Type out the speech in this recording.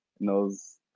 knows